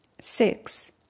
Six